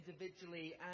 individually